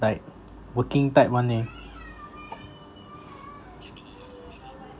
like working type [one] eh